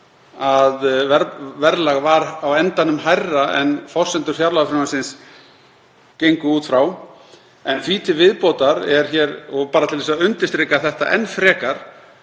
að verðlag varð á endanum hærra en forsendur fjárlagafrumvarpsins gengu út frá. En því til viðbótar er hér, og bara til að undirstrika enn frekar